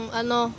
ano